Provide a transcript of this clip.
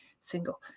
single